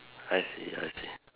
I see I see